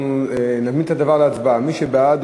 אנחנו נעמיד את הדבר להצבעה: מי שבעד,